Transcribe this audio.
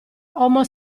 homo